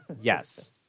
Yes